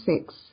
six